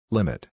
Limit